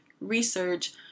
research